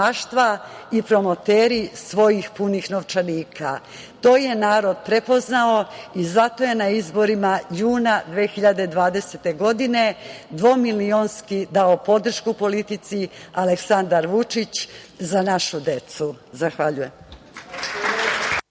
i promoteri svojih punih novčanika. To je narod prepoznao i zato je na izborima juna 2020. godine dvomilionski dao podršku politici Aleksandar Vučić – Za našu decu. Zahvaljujem.